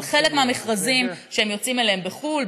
אבל חלק מהמכרזים שהם יוצאים אליהם בחו"ל,